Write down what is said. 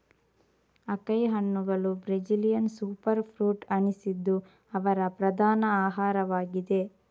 acai ಹಣ್ಣುಗಳು Brazilian super fruit ಅನಿಸಿದ್ದು ಅವರ ಪ್ರಧಾನ ಆಹಾರವಾಗಿದೆ